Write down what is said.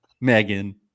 Megan